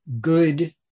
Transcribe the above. good